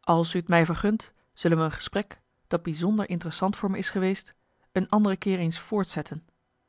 als u t mij vergunt zullen we een gesprek dat bijzonder interessant voor me is geweest een andere keer eens voortzetten